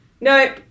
nope